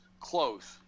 close